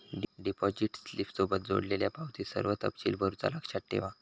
deposit स्लिपसोबत जोडलेल्यो पावतीत सर्व तपशील भरुचा लक्षात ठेवा